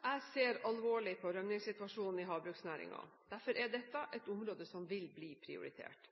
Jeg ser alvorlig på rømmingssituasjonen i havbruksnæringen. Derfor er dette et område som vil bli prioritert.